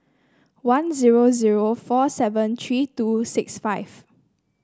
one zero zero four seven three two six five